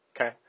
okay